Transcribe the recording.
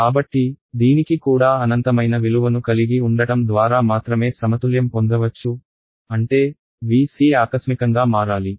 కాబట్టి దీనికి కూడా అనంతమైన విలువను కలిగి ఉండటం ద్వారా మాత్రమే సమతుల్యం పొందవచ్చు అంటే Vc ఆకస్మికంగా మారాలి